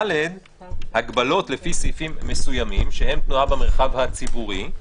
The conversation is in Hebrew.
(ד) הגבלות לפי סעיפים מסוימים שהם תנועה במרחב הציבורי,